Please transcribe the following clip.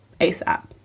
ASAP